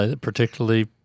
particularly